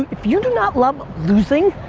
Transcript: if you do not love losing,